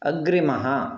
अग्रिमः